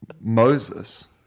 Moses